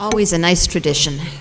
always a nice tradition